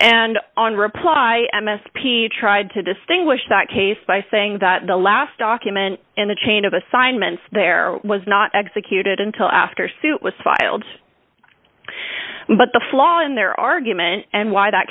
and on reply i missed p tried to distinguish that case by saying that the last document in the chain of assignments there was not executed until after suit was filed but the flaw in their argument and why that